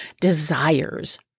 desires